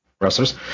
wrestlers